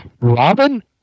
Robin